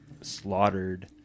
slaughtered